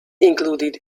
included